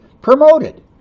promoted